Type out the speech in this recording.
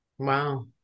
Wow